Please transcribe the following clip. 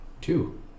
Two